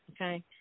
okay